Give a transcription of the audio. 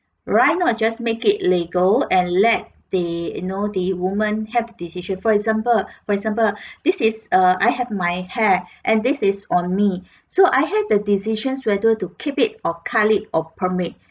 why not just make it legal and let the you know the women have the decision for example for example this is a I have my hair and this is on me so I had the decisions whether to keep it or cut it or perm it